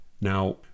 Now